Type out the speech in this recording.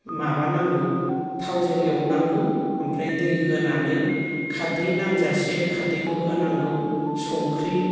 माबानांगौ थावजों एवनांगौ ओमफ्राय दै होनानै खारदै नांजासे खारदैखौ होनांगौ संख्रि